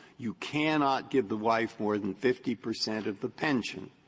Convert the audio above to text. you cannot give the wife more than fifty percent of the pension,